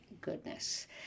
goodness